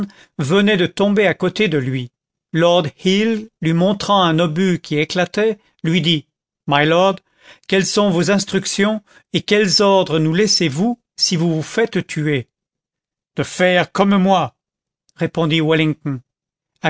venait de tomber à côté de lui lord hill lui montrant un obus qui éclatait lui dit mylord quelles sont vos instructions et quels ordres nous laissez-vous si vous vous faites tuer de faire comme moi répondit wellington